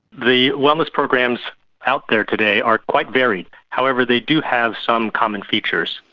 the wellness programs out there today are quite varied. however, they do have some common features.